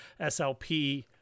slp